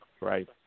Right